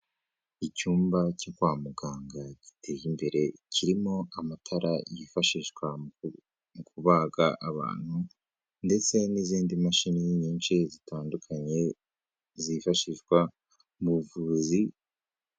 Icyumba cyo kwa muganga giteye imbere, kirimo amatara yifashishwa mu kubaga abantu ndetse n'izindi mashini nyinshi zitandukanye zifashishwa mu buvuzi.